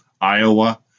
Iowa